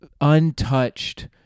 untouched